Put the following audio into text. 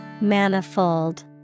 Manifold